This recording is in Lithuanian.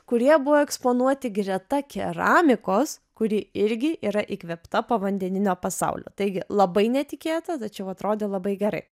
kurie buvo eksponuoti greta keramikos kuri irgi yra įkvėpta povandeninio pasaulio taigi labai netikėta tačiau atrodė labai gerai